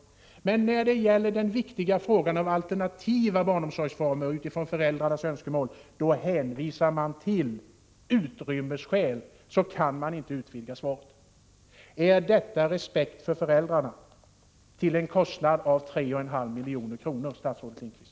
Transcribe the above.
Men när det gäller den viktiga frågan om alternativa barnomsorgsformer utifrån föräldrarnas önskemål, då hänvisar man till att man av utrymmesskäl inte kan utvidga svarsalternativen. Är detta respekt för föräldrarna till en kostnad av 3,5 milj.kr., statsrådet Lindqvist?